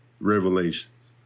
Revelations